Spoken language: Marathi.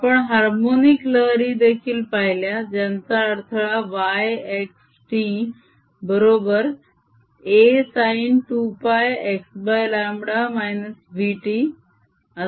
आपण हार्मोनिक लहरी देखील पाहिल्या ज्यांचा अडथळा y x t बरोबर Asin2πxλ νt आहे